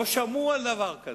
לא שמעו על דבר כזה.